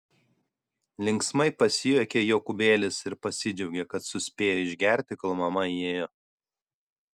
linksmai prasijuokė jokūbėlis ir pasidžiaugė kad suspėjo išgerti kol mama įėjo